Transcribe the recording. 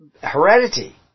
Heredity